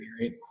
right